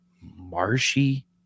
Marshy